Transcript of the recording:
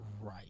right